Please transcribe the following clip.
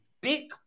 big